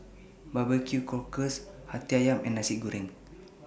Barbecue Cockles Hati Ayam and Nasi Goreng